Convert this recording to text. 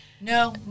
No